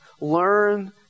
Learn